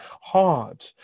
hard